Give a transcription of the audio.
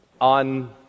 on